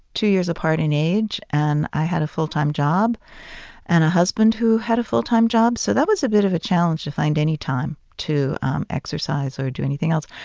two years apart in age. and i had a full-time job and a husband who had a full-time job. so that was a bit of a challenge to find any time to exercise or do anything else.